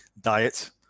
diet